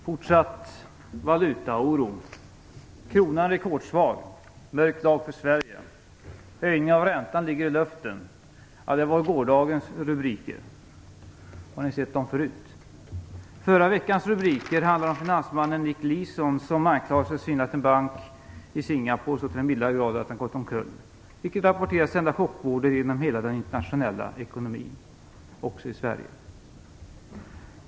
Fru talman! Fortsatt valutaoro, kronan rekordsvag, mörk dag för Sverige, höjning av räntan ligger i luften. Det var gårdagens rubriker. Har ni sett dem förut? Förra veckans rubriker handlade om finansmannen Nick Leeson. Han anklagas för att ha svindlat en bank i Singapore så till den milda grad att den gått omkull, vilket rapporteras sända chockvågor genom hela den internationella ekonomin - också i Sverige.